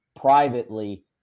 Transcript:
privately